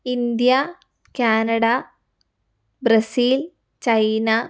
India Canada Brazil China